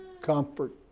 Comfort